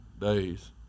days